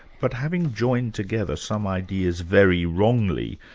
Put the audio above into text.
but having joined together some ideas very wrongly,